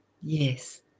Yes